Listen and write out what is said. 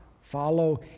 follow